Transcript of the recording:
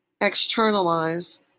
externalize